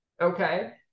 okay